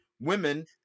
women